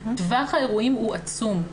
טווח האירועים הוא עצום.